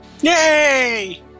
Yay